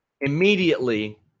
immediately